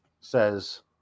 says